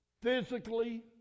physically